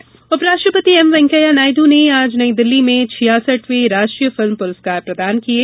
film पुरस्कार उपराष्ट्रपति M Venkaiah Naidu ने आज नई दिल्ली में छियासठवें राष्ट्रीय फिल्म पुरस्कार प्रदान किये